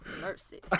Mercy